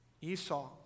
Esau